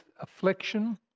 affliction